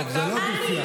טוב, זה לא ויכוח,